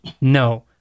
No